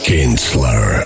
Kinsler